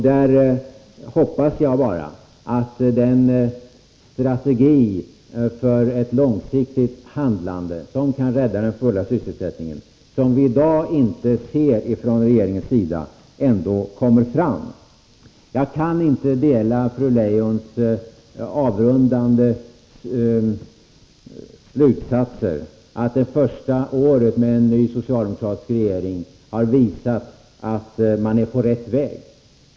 Där hoppas jag att den strategi för ett långsiktigt handlande som kan rädda den fulla sysselsättningen som vi i dag inte ser från regeringens sida ändå kommer fram. Jag kan inte dela fru Leijons avrundande slutsatser, att det första året med en ny socialdemokratisk regering har visat att den är på rätt väg.